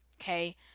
okay